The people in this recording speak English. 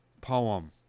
poem